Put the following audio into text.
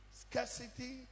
scarcity